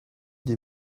des